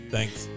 Thanks